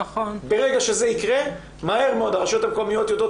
את תראי איך הרשויות המקומיות יודעות